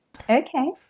Okay